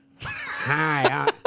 Hi